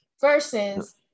versus